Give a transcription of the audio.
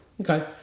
Okay